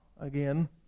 again